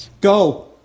go